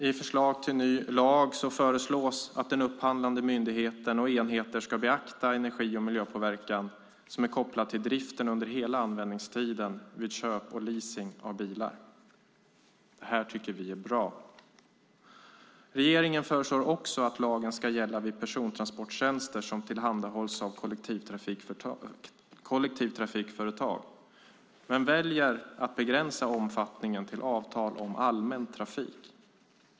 I förslaget till ny lag sägs att upphandlande myndigheter och enheter ska beakta energi och miljöpåverkan som är kopplad till driften under hela användningstiden vid köp och leasing av bilar. Det tycker vi är bra. Regeringen föreslår också att lagen ska gälla vid persontransporttjänster som tillhandahålls av kollektivtrafikföretag men väljer att begränsa omfattningen till avtal om allmän trafik.